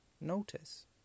notice